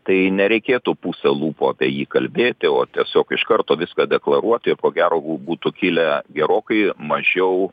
tai nereikėtų puse lūpų apie jį kalbėti o tiesiog iš karto viską deklaruoti ko gero būtų kilę gerokai mažiau